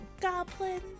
goblins